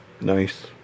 nice